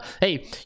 hey